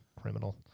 criminal